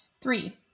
Three